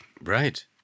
Right